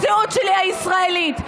בזהות הישראלית שלי.